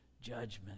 judgment